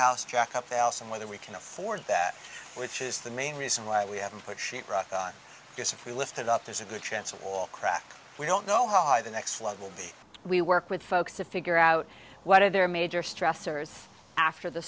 house jack up the house and whether we can afford that which is the main reason why we haven't put sheet rock on disappear lifted up there's of the chance of all cracked we don't know how high the next level be we work with folks to figure out what are their major stressors after the